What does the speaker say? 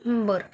बरं